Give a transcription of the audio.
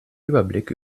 überblick